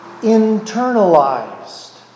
internalized